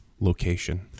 location